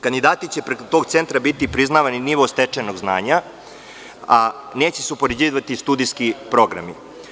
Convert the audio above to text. Kandidati će preko tog centra biti priznavani nivo stečenog znanja, a neće se upoređivati studijski programi.